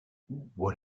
what